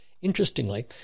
Interestingly